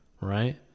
right